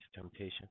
temptation